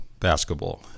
Basketball